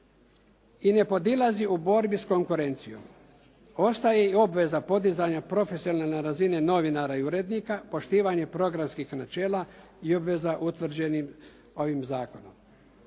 i ne podilazi u borbi s konkurencijom. Ostaje i obveza podizanja profesionalne razine novinara i urednika, poštivanje programskih načela i obveza utvrđenim ovim zakonom.